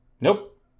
Nope